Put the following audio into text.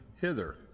hither